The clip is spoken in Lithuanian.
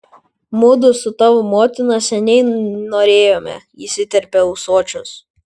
mudu su tavo motina seniai norėjome įsiterpia ūsočius